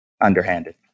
underhanded